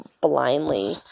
blindly